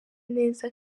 neza